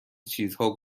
چیزها